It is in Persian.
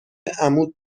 عمود